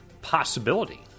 possibility